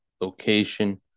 location